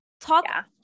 talk